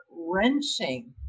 wrenching